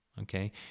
Okay